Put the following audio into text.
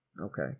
Okay